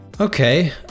Okay